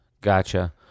Gotcha